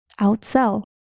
Outsell